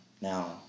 Now